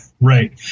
right